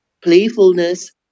Playfulness